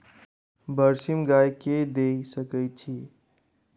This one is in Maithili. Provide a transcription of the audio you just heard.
बरसीम गाय कऽ दऽ सकय छीयै?